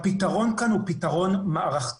הפתרון כאן הוא מערכתי.